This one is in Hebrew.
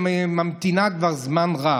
שממתינה כבר זמן רב.